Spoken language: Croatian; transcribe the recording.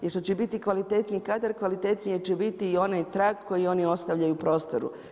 Jer što će biti kvalitetniji kadar, kvalitetniji će biti i onaj trag koji oni ostavljaju u prostoru.